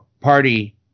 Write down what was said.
party